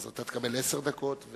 אז אתה תקבל עשר דקות.